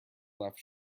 left